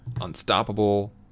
Unstoppable